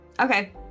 okay